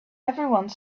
everyone